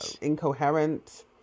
incoherent